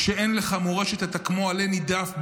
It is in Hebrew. כשאין לך מורשת, אתה כמו עלה נידף ברוח.